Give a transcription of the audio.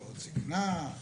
קצבאות זקנה,